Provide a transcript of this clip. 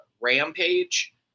Rampage